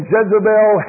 Jezebel